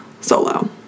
solo